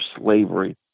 slavery